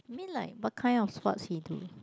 you mean like what kind of sports he do